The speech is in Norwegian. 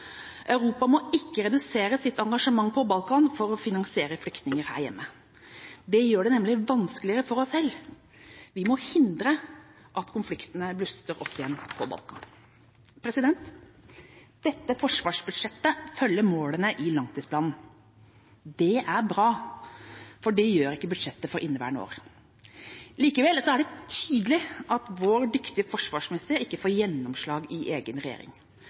Europa må ikke redusere i sitt engasjement på Balkan for å finansiere flyktninger her hjemme. Det gjør det nemlig vanskeligere for oss selv. Vi må forhindre at konfliktene på Balkan blusser opp igjen. Dette forsvarsbudsjettet følger målene i langtidsplanen. Det er bra, for det gjør ikke budsjettet for inneværende år. Likevel er det tydelig at vår dyktige forsvarsminister ikke får gjennomslag i egen regjering.